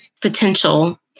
potential